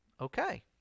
Okay